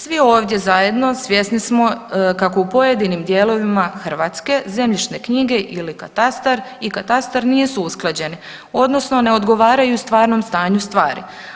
Svi ovdje zajedno svjesni smo kako u pojedinim dijelovima Hrvatske zemljišne knjige ili katastar i katastar nisu usklađeni odnosno ne odgovaraju stvarnom stanju stvari.